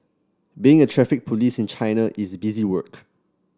being a Traffic Police in China is busy work